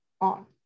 on